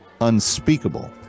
unspeakable